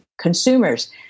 consumers